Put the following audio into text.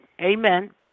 amen